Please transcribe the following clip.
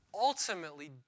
ultimately